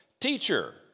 Teacher